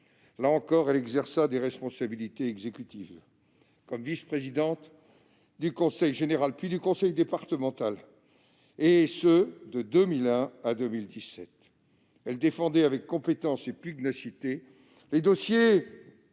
Là encore, elle exerça des responsabilités exécutives : comme vice-présidente du conseil général, puis du conseil départemental, et ce de 2001 à 2017, elle défendit avec compétence et pugnacité les dossiers